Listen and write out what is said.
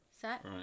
set